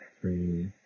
Three